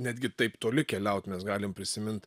netgi taip toli keliaut mes galim prisimint